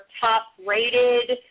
top-rated